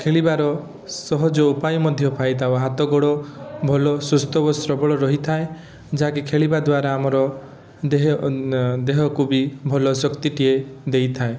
ଖେଳିବାର ସହଜ ଉପାୟ ମଧ୍ୟ ପାଇଥାଉ ହାତ ଗୋଡ଼ ଭଲ ସୁସ୍ଥ ଓ ସବଳ ରହିଥାଏ ଯାହାକି ଖେଳିବା ଦ୍ୱାରା ଆମର ଦେହ ଦେହକୁ ବି ଭଲ ଶକ୍ତିଟିଏ ଦେଇଥାଏ